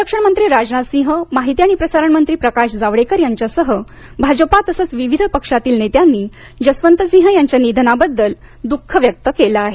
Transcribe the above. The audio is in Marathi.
संरक्षण मंत्री राजनाथसिंह माहिती आणि प्रसारण मंत्री प्रकाश जावडेकर यांच्यासह भाजपा तसंच विविध पक्षातील नेत्यांनी जसवंतसिंह यांच्या निधनाबद्दल दुख व्यक्त केलं आहे